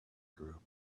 group